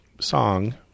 song